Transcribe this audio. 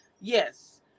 yes